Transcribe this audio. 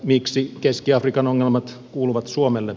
miksi keski afrikan ongelmat kuuluvat suomelle